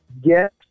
yes